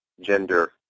gender